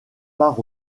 part